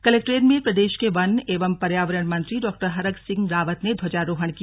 collectorate में प्रदेश के वन एवं पर्यावरण मंत्री डॉ हरक सिंह रावत ने ध्वजारोहण किया